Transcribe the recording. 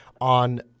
on